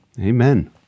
Amen